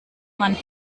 man